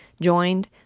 joined